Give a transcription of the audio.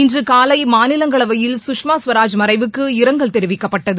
இன்று காலை மாநிலங்களவையில் சுஷ்மா ஸ்வராஜ் மறைவுக்கு இரங்கல் தெரிவிக்கப்பட்டது